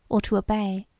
or to obey.